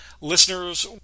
listeners